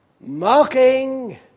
mocking